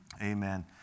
Amen